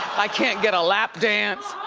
i can't get a lap dance.